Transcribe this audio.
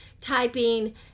typing